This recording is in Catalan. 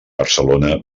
barcelona